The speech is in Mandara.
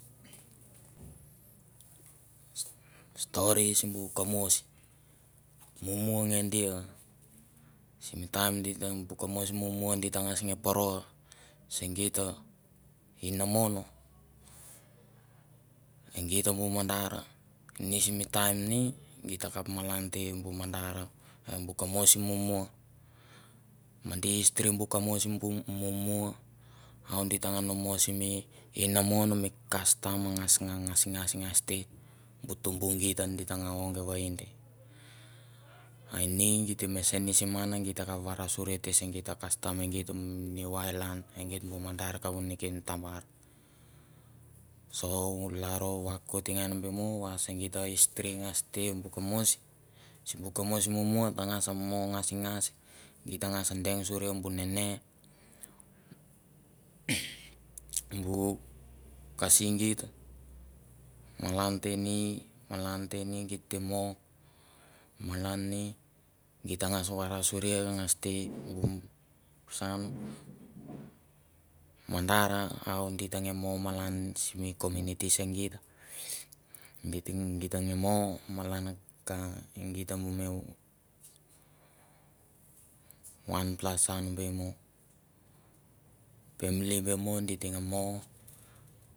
Stori simbu kamois mumu nge dia sim taim di teng bu komois mumu di ta ngas nge paro se geita inamon, e geit bu mardar ini simi taim nidi takap malan te bu madar o bu kamois mumua. Me di history bu kamois mumua how di tang nga no mosimi inamon mi kastam a ngas nga ngasngas ngas te. bu tumbu geit git ta nga ong vain. Ai ini geit teme senisim ngan a git ta kap varasuria se geit a kastam e giet new ireland e geit bu madar kavu neken tabar. So u lalro vakoit ngan be mo va se gito history ngas te bu kamois. sim bu kamois bu kasi git malan te ni. malan te ni git te mo. malan ni ita ngas varasuria ngas te bu saun. madara how di teng nga mo malan simi komuniti se geit mi ting geit teng a mo malan ka geita miwanpla saun be mo pamli be mo geit teng mo